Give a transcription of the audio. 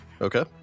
okay